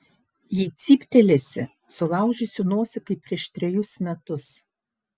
jei cyptelėsi sulaužysiu nosį kaip prieš trejus metus